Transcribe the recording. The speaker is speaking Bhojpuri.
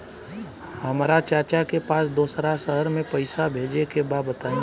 हमरा चाचा के पास दोसरा शहर में पईसा भेजे के बा बताई?